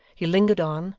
he lingered on,